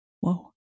whoa